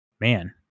man